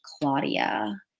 Claudia